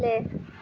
play